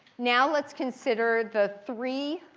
now let's consider the three,